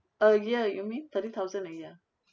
a year you mean thirty thousand a year